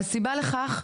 והסיבה לכך,